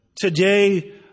Today